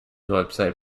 website